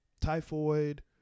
typhoid